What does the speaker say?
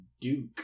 Duke